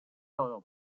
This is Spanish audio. todo